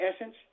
essence